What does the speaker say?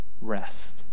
rest